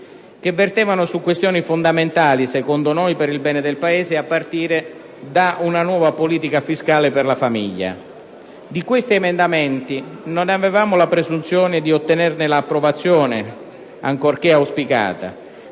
che vertevano su questioni fondamentali, secondo noi, per il bene del Paese, a partire da una nuova politica fiscale per la famiglia. Di questi emendamenti non avevamo la presunzione di ottenere l'approvazione, ancorché auspicabile,